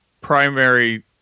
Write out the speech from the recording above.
primary